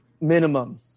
minimum